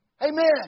Amen